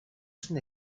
στην